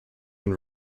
and